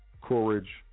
courage